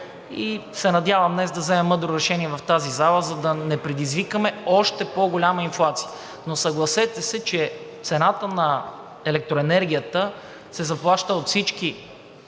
Надявам се днес да вземем мъдро решение в тази зала, за да не предизвикаме още по-голяма инфлация. Съгласете се, че цената на електроенергията се заплаща от всички